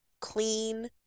clean